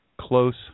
close